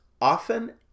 often